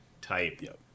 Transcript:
type